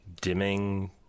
dimming